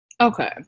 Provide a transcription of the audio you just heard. Okay